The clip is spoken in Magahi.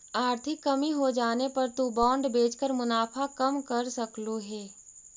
आर्थिक कमी होजाने पर तु बॉन्ड बेचकर मुनाफा कम कर सकलु हे